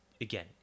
again